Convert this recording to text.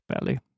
belly